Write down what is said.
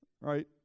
Right